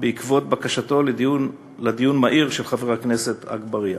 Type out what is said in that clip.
בעקבות בקשתו לדיון מהיר של חבר הכנסת אגבאריה.